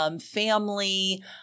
family